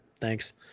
Thanks